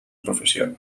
profesión